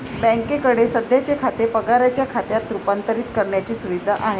बँकेकडे सध्याचे खाते पगाराच्या खात्यात रूपांतरित करण्याची सुविधा आहे